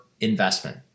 investment